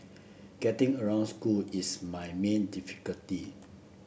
getting around school is my main difficulty